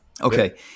Okay